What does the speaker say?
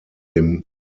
dem